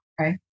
Okay